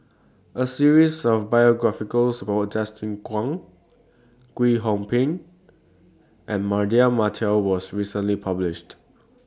A series of biographical SCORE Justin Zhuang Kwek Hong Png and Mardan Mamat was recently published